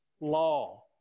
law